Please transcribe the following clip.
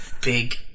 big